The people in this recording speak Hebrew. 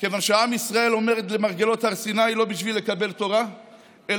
כיוון שעם ישראל עומד למרגלות הר סיני לא בשביל לקבל תורה אלא